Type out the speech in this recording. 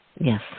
Yes